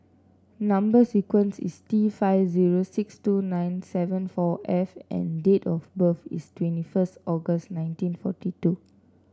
number sequence is T five zero six two nine seven four F and date of birth is twenty first August nineteen forty two